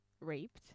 raped